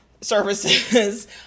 services